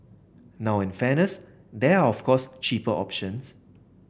now in fairness there are of course cheaper options